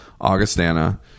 Augustana –